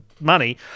money